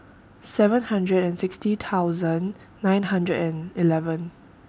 seven hundred and sixty thousand nine hundred and eleven